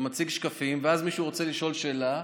אתה מציג שקפים, ואז מישהו רוצה לשאול שאלה,